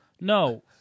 No